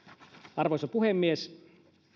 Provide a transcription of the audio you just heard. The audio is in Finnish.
arvoisa puhemies